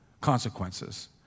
consequences